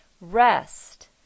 rest